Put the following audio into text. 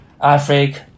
Africa